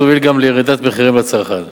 תוביל גם לירידת מחירים לצרכן.